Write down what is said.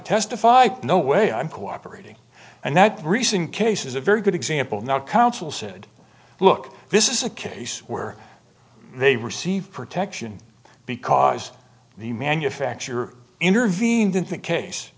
testify no way i'm cooperating and that recent case is a very good example not counsel said look this is a case where they receive protection because the manufacturer intervened in think case